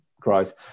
growth